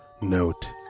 Note